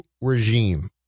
regime